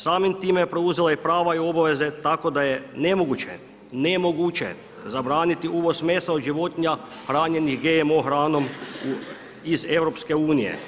Samim time je preuzela i prava i obaveze tako da je nemoguće, nemoguće zabraniti uvoz mesa od životinja hranjenih GMO hranom iz EU.